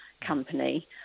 company